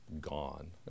gone